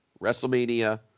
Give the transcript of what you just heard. WrestleMania